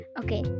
okay